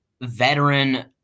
veteran